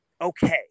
Okay